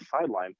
sideline